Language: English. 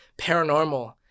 paranormal